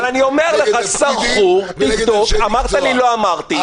אבל אני אומר לך "סרחו", אמרת לי לא אמרתי.